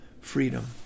freedom